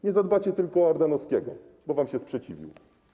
Nie zadbacie tylko o Ardanowskiego, bo się wam sprzeciwił.